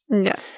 Yes